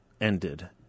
ended